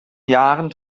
jahren